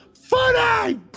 funny